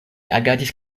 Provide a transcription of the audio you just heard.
agadis